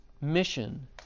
mission